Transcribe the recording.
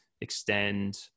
extend